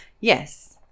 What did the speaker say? Yes